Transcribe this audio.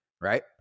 right